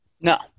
No